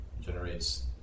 generates